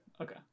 okay